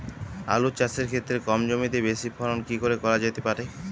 আলু চাষের ক্ষেত্রে কম জমিতে বেশি ফলন কি করে করা যেতে পারে?